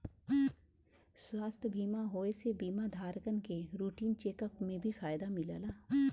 स्वास्थ्य बीमा होये से बीमा धारकन के रूटीन चेक अप में भी फायदा मिलला